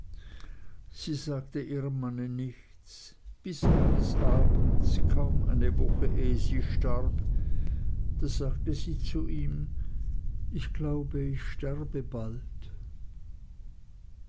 sie sagte ihrem manne nichts bis eines abends kaum eine woche ehe sie starb da sagte sie zu ihm ich glaube ich sterbe bald